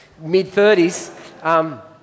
mid-30s